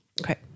Okay